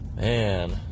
Man